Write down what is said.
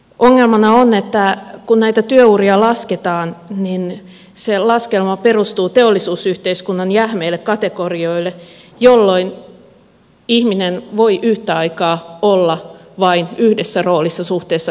ongelmana on että kun näitä työuria lasketaan niin se laskelma perustuu teollisuusyhteiskunnan jähmeille kategorioille jolloin ihminen voi yhtä aikaa olla vain yhdessä roolissa suhteessa yhteiskuntaan